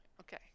Okay